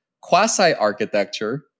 quasi-architecture